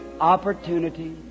opportunity